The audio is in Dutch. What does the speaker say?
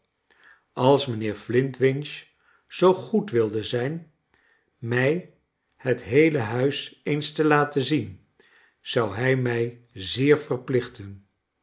als mijnheer flintwinch zoo goed wilde zijn mij net heele huis eens te laten zien zou hij mij zeer verpliohten